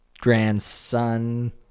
grandson